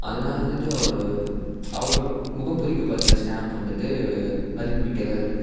அதனால வந்துட்டு அவர் அவர் முகம் பொறிக்கப்பட்ட ஸ்டாம்ப்பு வந்துட்டு மதிப்புமிக்கதாக இருக்குது